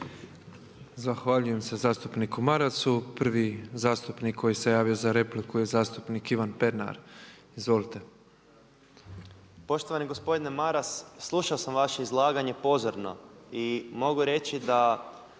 Zahvaljujem se zastupniku Marasu. Prvi zastupnik koji se javio za repliku je zastupnik Ivan Pernar. Izvolite. **Pernar, Ivan (Abeceda)** Poštovani gospodine Maras, slušao sam vaše izlaganje pozorno i mogu reći da